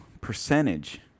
percentage